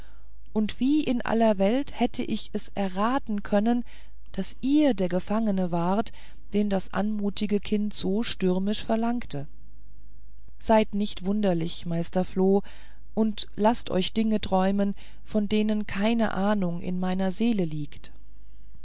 und wie in aller welt hätte ich es erraten können daß ihr der gefangene wart den das anmutige kind so stürmisch verlangte seid nicht wunderlich meister floh und laßt euch dinge träumen von denen keine ahnung in meiner seele liegt